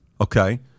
okay